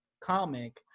comic